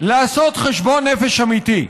לעשות חשבון נפש אמיתי.